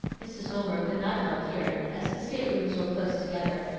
mrs. homer could not help hearing as the staterooms were close together,